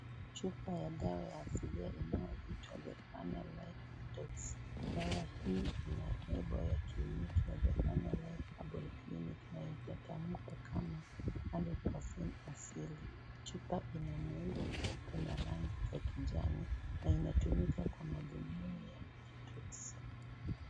Chupa ya dawa ya asili inayoitwa zephania life detox . Dawa hii ina lebo ya kliniki ya Zepharnia Herbal Clinic na itatamkwa kama hundred percent asili . Chupa ina muundo mweupe na rangi za kijani na inatumika kwa madhumuni ya detox .